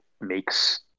makes